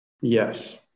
Yes